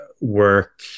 work